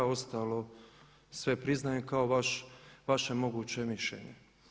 Ostalo sve priznajem kao vaše moguće mišljenje.